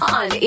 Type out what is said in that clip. on